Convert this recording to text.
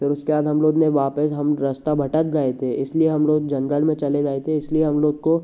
फिर उसके बाद हम लोग ने वापस हम रास्ता भटक गए थे इसलिए हम लोग जंगल में चले गए थे इसलिए हम लोग को